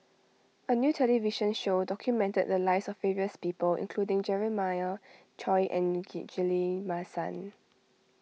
a new television show documented the lives of various people including Jeremiah Choy and Ghillie Basan